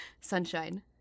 Sunshine